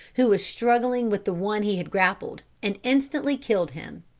who was struggling with the one he had grappled, and instantly killed him.